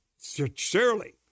surely